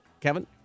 kevin